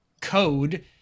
code